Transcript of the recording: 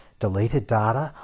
deleted data,